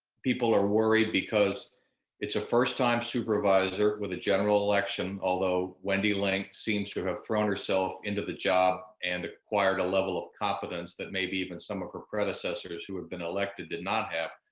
people are worried because it's a first time supervisor with a general election. although, wendy link seems to have thrown herself into the job and acquired a level of confidence that maybe even some of her predecessors who have been elected did not have.